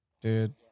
dude